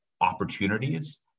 opportunities